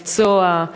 המקצוע.